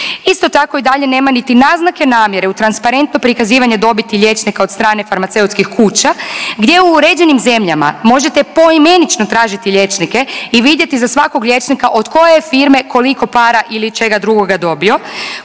Isto tako i dalje nema niti naznake namjere u transparentno prikazivanje dobiti liječnika od strane farmaceutskih kuća, gdje u uređenim zemljama možete poimenično tražiti liječnike i vidjeti za svakog liječnika od koje je firme koliko para ili čega drugoga dobio.